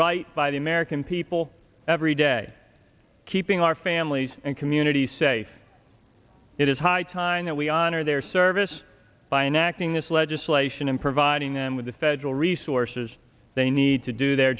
right by the american people every day keeping our families and communities safe it is high time that we honor their service by in acting this legislation and providing them with the federal resources they need to do their